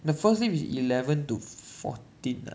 the first lift is eleven to fourteen